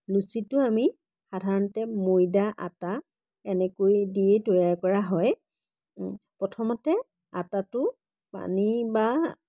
লুচিটো আমি সাধাৰণতে ময়দা আটা এনেকৈ দিয়েই তৈয়াৰ কৰা হয় প্ৰথমতে আটাটো পানী বা